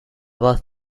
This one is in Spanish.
voz